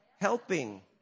helping